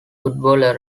football